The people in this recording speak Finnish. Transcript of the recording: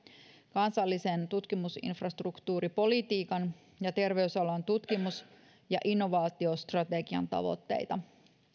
kansallisen tutkimusinfrastruktuuripolitiikan ja terveysalan tutkimus ja innovaatiostrategian tavoitteita